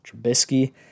Trubisky